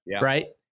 right